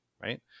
right